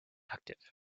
active